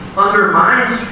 undermines